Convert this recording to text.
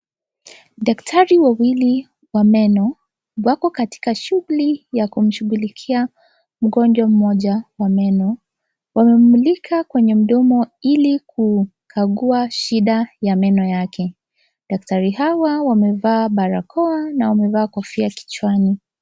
Daktari wawili wa meno wako katika shuguli ya kumshugulikia mgonjwa mmoja wa meno, wamemulika kwenye meno ili kukagua shida ya meno yake, daktari hawa wamevaa barakoa na wamevaa kofia kichwani.